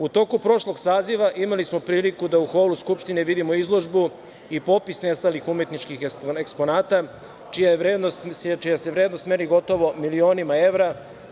U toku prošlog saziva imali smo priliku da u holu Skupštine vidimo izložbu i popis nestalih umetničkih eksponata čija se vrednost meri gotovo milionima evra.